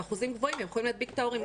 באחוזים גבוהים הם יכולים להדביק את ההורים.